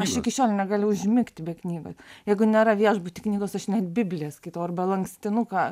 aš iki šiol negaliu užmigti be knygos jeigu nėra viešbuty knygos aš net bibliją skaitau arba lankstinuką